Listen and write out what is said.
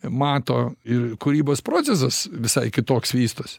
mato ir kūrybos procesas visai kitoks vystos